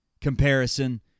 comparison